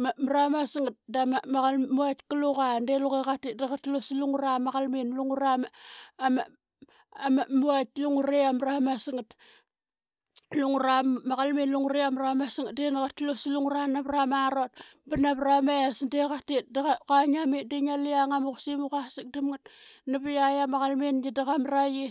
Ma maramas ngat da ma vaitka luqa de luqe qatit da qa tlu sa lungura ma qalmin. Lungura ma qalmin lungure ama ramas ngat di na qa tlu +sa lungura navra marot ba navra mes de qatit da qa, kua ngia mit de ngia lu ama yang qusim i qua sakdam ngat nap yiaitk ama qalmingi da qa mra qi